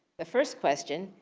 the first question,